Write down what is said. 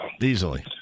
easily